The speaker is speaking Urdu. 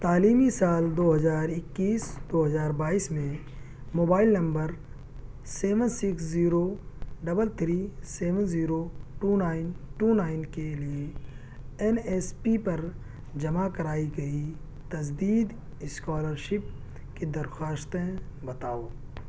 تعلیمی سال دو ہزار اکیس دو ہزار بائیس میں mobile number seven six zero double three seven zero two nine two nine کے لیے این ایس پی پر جمع کرائی گئی تجدیدی اسکالر شپ کی درخواستیں بتاؤ